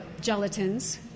gelatins